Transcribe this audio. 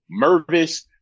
Mervis